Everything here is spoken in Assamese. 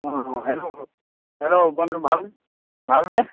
হেল্ল' হেল্ল' বন্ধুু ভাল ভালনে